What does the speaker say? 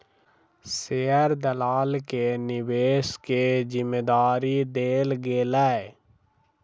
share दलाल के निवेश के जिम्मेदारी देल गेलै